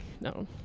no